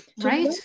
right